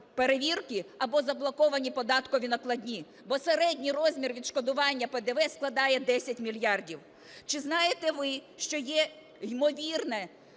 перевірки, або заблоковані податкові накладні, бо середній розмір відшкодування ПДВ складає 10 мільярдів. Чи знаєте ви, що є, ймовірно,